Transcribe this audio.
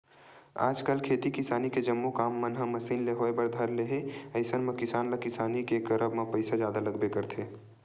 आजकल खेती किसानी के जम्मो काम मन ह मसीन ले होय बर धर ले हे अइसन म किसान ल किसानी के करब म पइसा जादा लगबे करथे